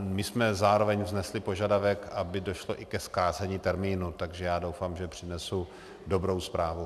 My jsme zároveň vznesli požadavek, aby došlo i ke zkrácení termínu, takže já doufám, že přinesu dobrou zprávu.